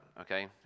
okay